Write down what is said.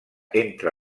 entre